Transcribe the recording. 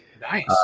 Nice